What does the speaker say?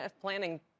planning